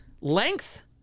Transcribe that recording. length